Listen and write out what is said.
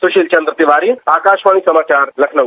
सुशील चंद्र तिवारी आकाशवाणी समाचार लखनऊ